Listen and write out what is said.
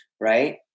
right